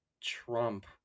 trump